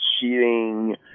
cheating